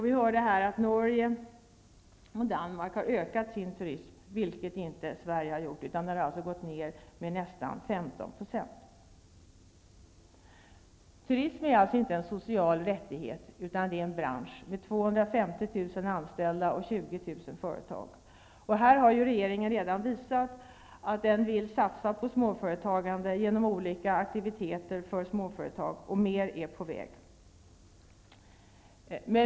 Vi hörde tidigare att Norge och Danmark har ökat sin turism, vilket inte Sverige har, utan här har den minskat med nästan 15 %. Turism är alltså inte en social rättighet, utan det är en bransch med 250 000 anställda och 20 000 företag. Regeringen har redan visat att den vill satsa på småföretagande genom olika aktiviteter för småföretag, och mer är på väg.